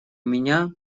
меня